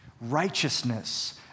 righteousness